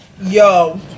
Yo